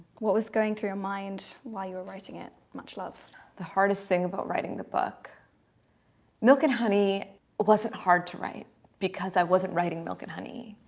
what was going through your mind while you were writing it much. love the hardest thing about writing the book milk, and honey wasn't hard to write because i wasn't writing milk and honey.